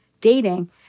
dating